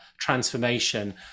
transformation